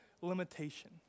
limitation